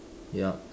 yup